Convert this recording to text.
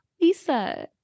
Lisa